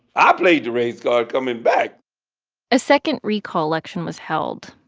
ah played the race card coming back a second recall election was held.